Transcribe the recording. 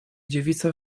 dziewica